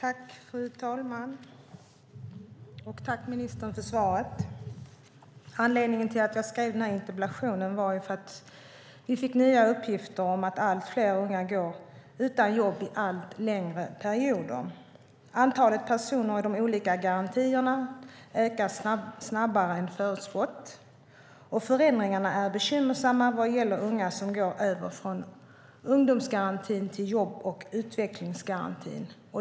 Fru talman! Jag tackar ministern för svaret. Anledningen till att jag skrev denna interpellation var att vi fick nya uppgifter om att allt fler unga går utan jobb under allt längre perioder. Antalet personer i de olika garantierna ökar snabbare än förutspått, och förändringarna är bekymmersamma vad gäller unga som går över från ungdomsgarantin till jobb och utvecklingsgarantin.